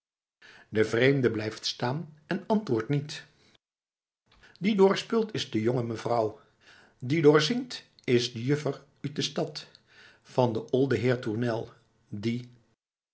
de vreemde blijft staan en antwoordt niet die doar speult is de jonge mevrouw en die doar zingt is de juffer uut de stad van den olden heer tournel die